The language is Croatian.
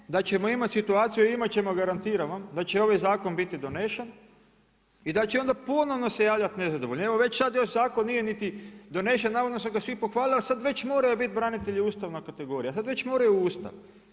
A ne da ćemo imati situaciju, imat ćemo garantiram vam, da će ovaj zakon biti donešen i da će onda ponovno se javljati nezadovoljni, evo već sad još zakon nije niti donesen, navodno su ga svi pohvalili, a sad već moraju biti branitelji ustavna kategorija, sad već moraju u Ustav.